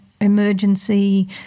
emergency